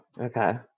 Okay